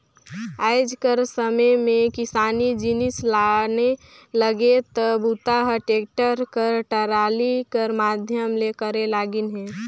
आएज कर समे मे किसानी जिनिस लाने लेगे कर बूता ह टेक्टर कर टराली कर माध्यम ले करे लगिन अहे